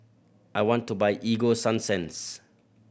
I want to buy Ego Sunsense